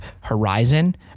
horizon